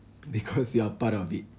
because you are part of it